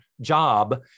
job